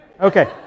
Okay